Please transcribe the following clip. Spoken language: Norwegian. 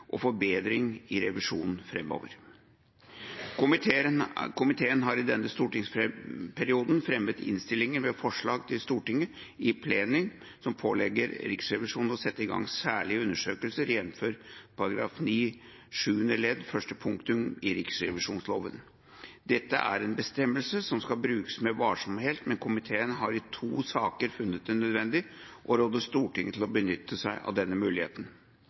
og forbedring i revisjonen framover. Komiteen har i denne stortingsperioden fremmet innstillinger med forslag om at Stortinget i plenum pålegger Riksrevisjonen å sette i gang særlige undersøkelser, jf. § 9 sjuende ledd første punktum i riksrevisjonsloven. Dette er en bestemmelse som skal brukes med varsomhet, men komiteen har i to saker funnet det nødvendig å råde Stortinget til å benytte seg av denne muligheten.